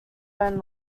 own